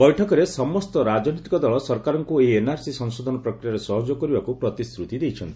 ବୈଠକରେ ସମସ୍ତ ରାଜନୈତିକ ଦଳ ସରକାରଙ୍କୁ ଏହି ଏନ୍ଆର୍ସି ସଂଶୋଧନ ପ୍ରକ୍ରିୟାରେ ସହଯୋଗ କରିବାକୁ ପ୍ରତିଶ୍ରତି ଦେଇଛନ୍ତି